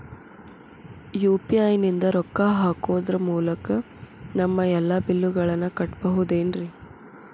UPI ನಿಂದ ರೊಕ್ಕ ಹಾಕೋದರ ಮೂಲಕ ನಮ್ಮ ಎಲ್ಲ ಬಿಲ್ಲುಗಳನ್ನ ಕಟ್ಟಬಹುದೇನ್ರಿ?